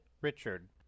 Richard